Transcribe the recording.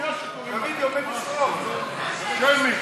אוקיי, על-פי בקשת הממשלה, שמית.